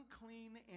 unclean